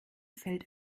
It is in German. fällt